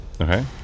okay